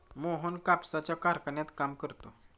मोहन कापसाच्या कारखान्यात काम करतो